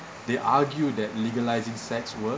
they argued that legalizing sex work